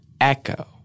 Echo